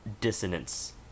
dissonance